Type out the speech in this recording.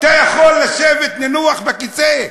אתה יכול לשבת לנוח בכיסא,